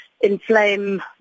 inflame